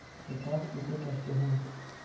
कपास किसे कहते हैं?